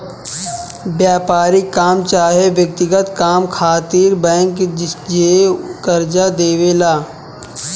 व्यापारिक काम चाहे व्यक्तिगत काम खातिर बैंक जे कर्जा देवे ला